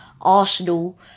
Arsenal